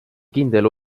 kindel